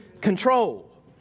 control